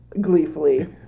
gleefully